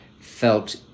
felt